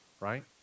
right